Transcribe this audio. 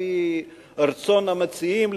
לפי רצון המציעים,